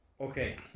Okay